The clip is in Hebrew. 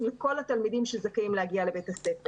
לכל התלמידים שזכאים להגיע לבית הספר.